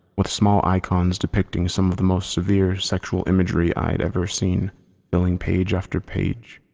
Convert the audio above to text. with small icons depicting some of the most severe sexual imagery i'd ever seen filling page after page.